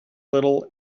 little